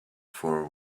for